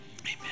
amen